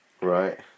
Right